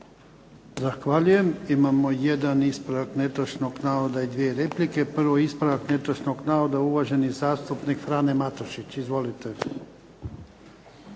Zahvaljujem. Imamo jedan ispravak netočnog navoda i dvije replike. Prvo ispravak netočnog navoda, uvaženi zastupnik Frane Matušić. Izvolite.